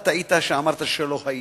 אתה טעית כשאמרת שלא הייתי,